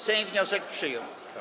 Sejm wniosek przyjął.